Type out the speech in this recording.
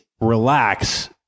relax